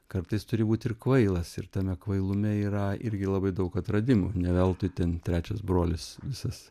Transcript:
kartais turi būt ir kvailas ir tame kvailume yra irgi labai daug atradimų ne veltui ten trečias brolis visas